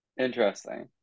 Interesting